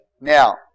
Now